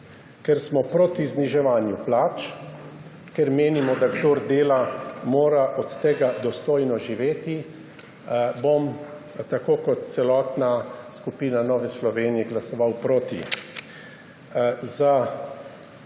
ker smo proti zniževanju plač, ker menimo, da kdor dela, mora od tega dostojno živeti, bom tako kot celotna skupina Nove Slovenije glasoval proti.